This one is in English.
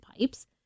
pipes